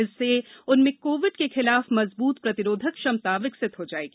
इससे उनमें कोविड के खिलाफ मजबूत प्रतिरोधक क्षमता विकसित हो जाएगी